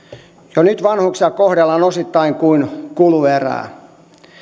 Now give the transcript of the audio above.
jo nyt vanhuksia kohdellaan osittain kuin kuluerää